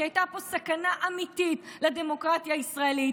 כי הייתה פה סכנה אמיתית לדמוקרטיה הישראלית,